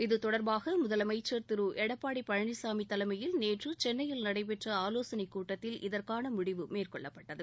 இத்தொடர்பாக முதலமைச்சர் திரு எடப்பாடி பழனிசாமி தலைமையில் நேற்று சென்னையில் நடைபெற்ற ஆலோசனை கூட்டத்தில் இதற்கான முடிவு மேற்கொள்ளப்பட்டது